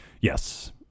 Yes